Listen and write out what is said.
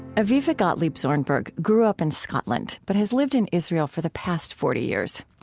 avivah gottlieb zornberg grew up in scotland, but has lived in israel for the past forty years.